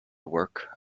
work